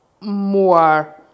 more